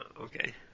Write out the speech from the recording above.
Okay